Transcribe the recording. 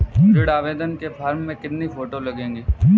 ऋण आवेदन के फॉर्म में कितनी फोटो लगेंगी?